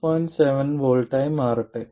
7 V ആയി മാറട്ടെ